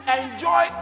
enjoy